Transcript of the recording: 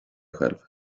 själv